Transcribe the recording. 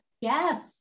Yes